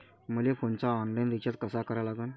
मले फोनचा online recharge कसा करा लागन?